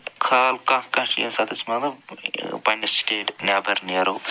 خال کانٛہہ کانٛہہ چھِ ییٚمہِ ساتہٕ أسۍ مطلب پنٛنِس سِٹیٹ نٮ۪بر نیرو